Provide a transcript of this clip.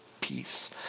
peace